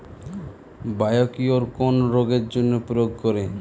Biocure কোন রোগেরজন্য প্রয়োগ করে?